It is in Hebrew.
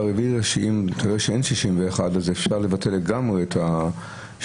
כך שתראה שאם אין 61 אז אפשר לבטל לגמרי את השידורים,